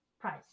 price